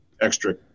extra